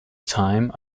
time